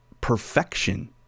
perfection